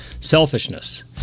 Selfishness